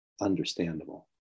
understandable